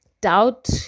doubt